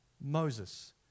Moses